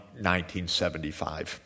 1975